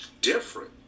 different